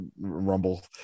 Rumble